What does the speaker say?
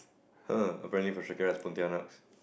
[huh] apparently is Pontianaks